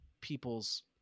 people's